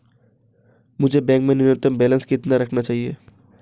मुझे बैंक में न्यूनतम बैलेंस कितना रखना चाहिए?